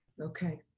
okay